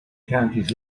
counties